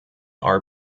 are